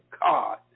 God